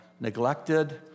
neglected